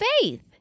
faith